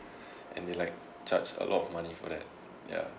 and they like charge a lot of money for that